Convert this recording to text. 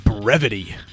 brevity